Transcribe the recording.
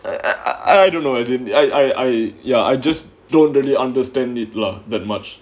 I I don't know as in I I ya I just don't really understand it lah that much